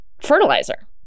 fertilizer